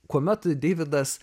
kuomet deividas